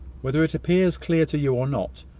whether it appears clear to you or not,